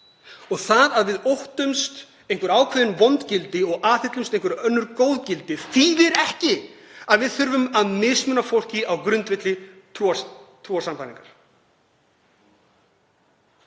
Það að við óttumst einhver ákveðin vond gildi og aðhyllumst einhver önnur góð gildi þýðir ekki að við þurfum að mismuna fólki á grundvelli trúarsannfæringar.